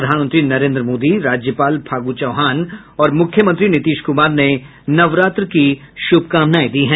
प्रधानमंत्री नरेन्द्र मोदी राज्यपाल फागू चौहान और मुख्यमंत्री नीतीश कुमार ने नवरात्र की शुभकामनाएं दी है